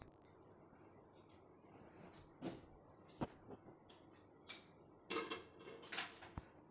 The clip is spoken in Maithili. हमरा खाता खुलाबक लेल की सब लागतै?